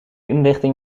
inrichting